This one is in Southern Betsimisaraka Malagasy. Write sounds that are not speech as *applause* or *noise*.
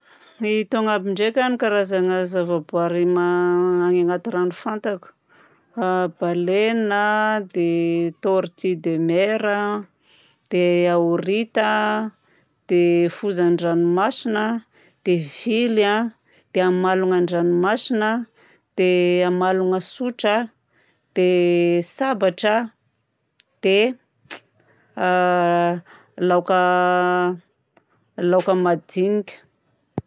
Itony aby ndraika karazagna zavaboary ma- *hesitation* agny agnaty rano fantako: a baleine a, dia tortue de mer a, de ahorita, dia fozan-dranomasigna, dia vily a, dia amalogna an-dranomasigna, dia amalogna tsotra, dia sabatra, dia a *hesitation* laoka, a *hesitation* laoka majinika.